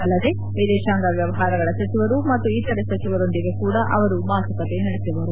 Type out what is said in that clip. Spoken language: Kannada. ಅಲ್ಲದೆ ವಿದೇಶಾಂಗ ವ್ಯವಹಾರಗಳ ಸಚಿವರು ಮತ್ತು ಇತರೆ ಸಚಿವರೊಂದಿಗೆ ಕೂಡ ಅವರು ಮಾತುಕತೆ ನಡೆಸುವರು